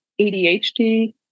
ADHD